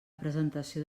presentació